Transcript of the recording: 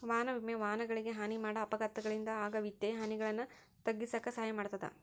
ವಾಹನ ವಿಮೆ ವಾಹನಗಳಿಗೆ ಹಾನಿ ಮಾಡ ಅಪಘಾತಗಳಿಂದ ಆಗ ವಿತ್ತೇಯ ಹಾನಿಗಳನ್ನ ತಗ್ಗಿಸಕ ಸಹಾಯ ಮಾಡ್ತದ